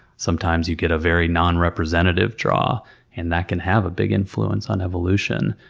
sometimes you get a very non-representative draw and that can have a big influence on evolution.